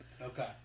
Okay